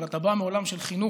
אבל אתה בא מעולם של חינוך,